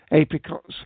apricots